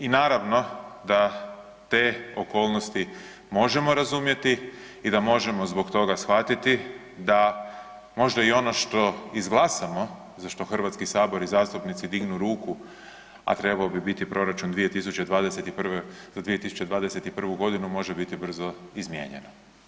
I naravno da ste okolnosti možemo razumjeti i da možemo zbog toga shvatiti, da možda i ono što izglasamo za što Hrvatski sabor i zastupnici dignu ruku, a trebao bi biti proračun 2021., za 2021. godinu može biti brzo izmijenjeno.